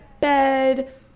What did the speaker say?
bed